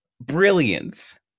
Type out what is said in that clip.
brilliance